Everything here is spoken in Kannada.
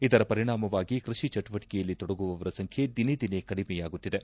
ಇದರ ಪರಿಣಾಮವಾಗಿ ಕೃಷಿ ಚಟುವಟಿಕೆಯಲ್ಲಿ ತೊಡಗುವವರ ಸಂಖ್ಯೆ ದಿನೇ ದಿನೇ ಕಡಿಮೆಯಾಗುತ್ತಿದೆ